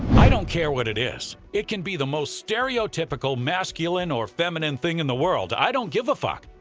i don't care what it is. it can be the most stereotypically masculine or feminine thing in the world, i don't give a fuck,